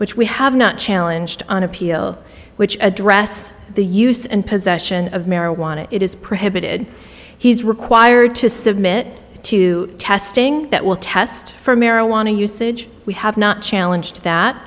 which we have not challenge to on appeal which address the use and possession of marijuana it is prohibited he is required to submit to testing that will test for marijuana usage we have not challenged that